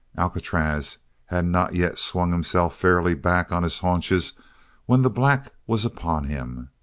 alcatraz had not yet swung himself fairly back on his haunches when the black was upon him,